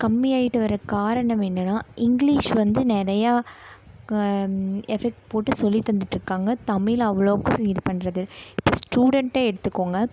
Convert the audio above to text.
கம்மி ஆகிட்டு வரக்காரணம் என்னெனா இங்கிலீஷ் வந்து நிறையா எஃபோட் போட்டு சொல்லி தந்துகிட்ருக்காங்க தமிழ் அவ்வளோக்கு இது பண்ணுறது இப்போ ஸ்டூடென்கிட்டே எடுத்துக்கோங்க